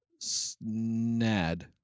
Snad